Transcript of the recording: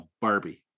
barbie